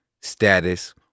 status